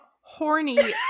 horny